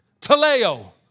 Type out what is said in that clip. Taleo